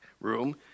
room